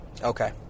Okay